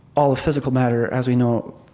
all of physical matter, as we know,